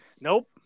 Nope